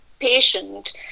patient